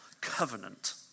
covenant